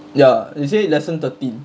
ya they say lesson thirteen